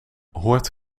hoort